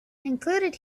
included